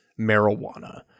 marijuana